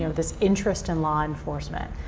you know this interest in law enforcement.